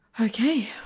Okay